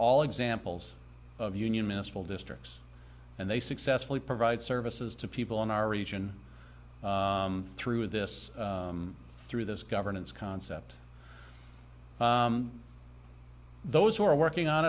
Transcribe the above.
all examples of unionists will districts and they successfully provide services to people in our region through this through this governance concept those who are working on